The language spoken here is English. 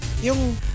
yung